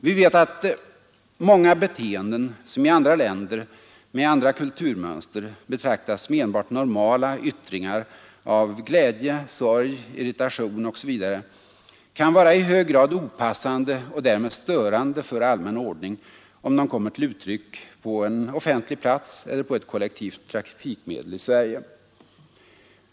Vi vet att många beteenden som i andra länder med andra kulturmönster betraktas som enbart normala yttringar av glädje, sorg, irritation osv., kan vara i hög grad opassande och därmed störande för allmän ordning om de kommer till uttryck på en offentlig plats eller på ett kollektivt trafikmedel i Sverige.